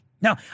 Now